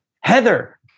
Heather